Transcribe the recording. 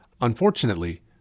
Unfortunately